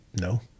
No